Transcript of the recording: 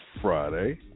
Friday